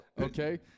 Okay